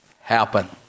happen